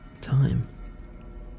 Time